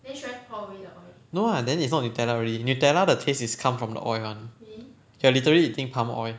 no lah then it's not nutella already nutella 的 taste is come from the oil [one] you're literally eating palm oil